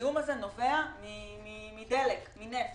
הזיהום הזה נובע מדלק, מנפט.